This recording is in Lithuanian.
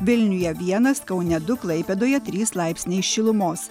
vilniuje vienas kaune du klaipėdoje trys laipsniai šilumos